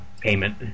payment